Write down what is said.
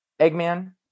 Eggman